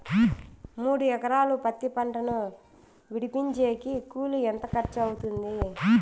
మూడు ఎకరాలు పత్తి పంటను విడిపించేకి కూలి ఎంత ఖర్చు అవుతుంది?